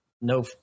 no